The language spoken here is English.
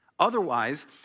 Otherwise